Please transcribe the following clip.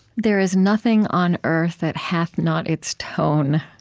there is nothing on earth that hath not its tone.